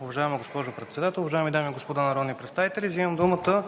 Уважаема госпожо Председател, уважаеми дами и господа народни представители! Вземам думата